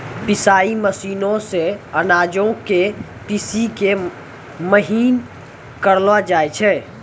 पिसाई मशीनो से अनाजो के पीसि के महीन करलो जाय छै